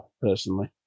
personally